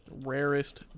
rarest